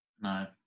No